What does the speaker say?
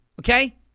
Okay